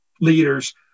leaders